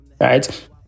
right